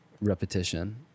repetition